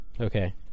Okay